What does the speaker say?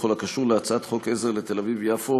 בכל הקשור להצעת חוק עזר לתל-אביב יפו